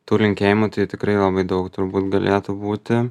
tų linkėjimų tai tikrai labai daug turbūt galėtų būti